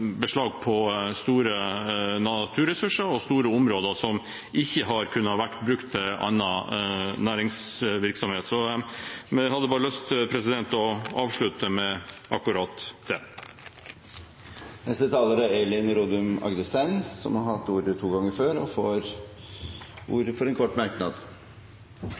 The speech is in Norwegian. beslag på store naturressurser og store områder som ikke har kunnet vært brukt til annen næringsvirksomhet. Jeg hadde bare lyst å avslutte med akkurat det. Elin Rodum Agdestein har hatt ordet to ganger tidligere og får ordet til en kort merknad,